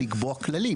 לקבוע כללים.